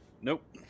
Nope